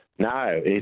No